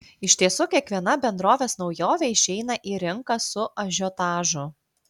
iš tiesų kiekviena bendrovės naujovė išeina į rinką su ažiotažu